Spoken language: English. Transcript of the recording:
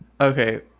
Okay